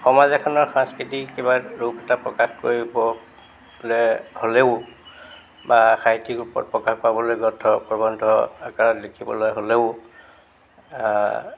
সমাজ এখনৰ সংস্কৃতি কিবা ৰূপ এটা প্ৰকাশ কৰিব হ'লে হ'লেও বা সাহিত্য়িক ৰূপত প্ৰকাশ পাবলৈ গ্ৰন্থ প্ৰবন্ধ আকাৰত লিখিবলৈ হ'লেও